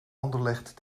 anderlecht